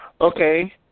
Okay